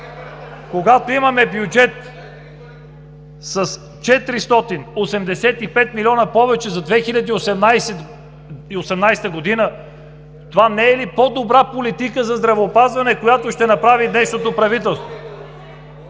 Когато имаме бюджет с 485 милиона повече за 2018 г., това не е ли по-добра политика за здравеопазване, която ще направи днешното правителство?!